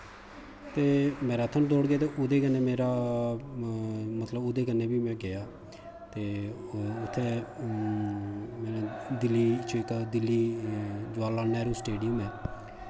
ते मैराथन दौड़गे ते ओह्दे कन्नै मेरा मतलब ओह्दे कन्नै बी में गेआ ते उत्थै दिल्ली जवाला स्टेडियम ऐ